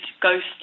ghost